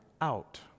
out